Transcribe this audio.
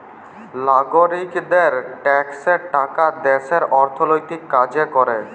লাগরিকদের ট্যাক্সের টাকা দ্যাশের অথ্থলৈতিক কাজ ক্যরে